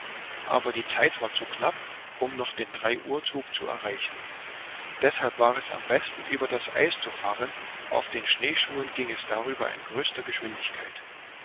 aber die zeit war zu knapp um noch den dreiuhrzug zu erreichen deshalb war es am besten über das eis zu fahren auf den schneeschuhen ging es darüber in größter geschwindigkeit